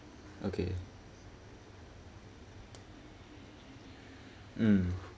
okay mm